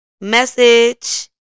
Message